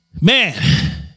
Man